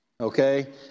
okay